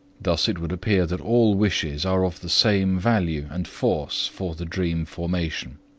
thus it would appear that all wishes are of the same value and force for the dream formation.